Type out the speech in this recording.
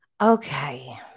Okay